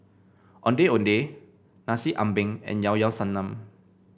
Ondeh Ondeh Nasi Ambeng and Llao Llao Sanum